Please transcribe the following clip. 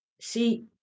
see